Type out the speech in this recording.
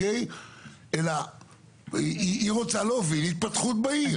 אלא היא רוצה להוביל התפתחות בעיר.